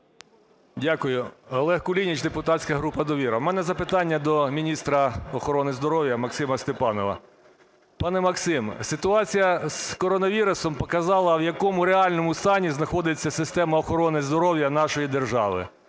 Дякую. Олег Кулініч, депутатська група "Довіра". У мене запитання до міністра охорони здоров'я Максима Степанова. Пане Максиме, ситуація з коронавірусом показала, в якому реальному стані знаходиться система охорони здоров'я нашої держави,